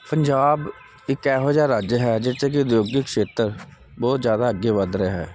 ਪੰਜਾਬ ਇੱਕ ਐਹੋ ਜਿਹਾ ਰਾਜਯ ਹੈ ਜਿੱਥੇ ਕਿ ਉਦਯੋਗਿਕ ਸ਼ੇਤਰ ਬਹੁਤ ਜ਼ਿਆਦਾ ਅੱਗੇ ਵੱਧ ਰਿਹਾ ਹੈ